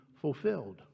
fulfilled